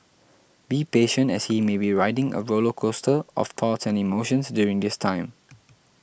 be patient as he may be riding a roller coaster of thoughts and emotions during this time